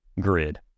grid